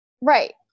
Right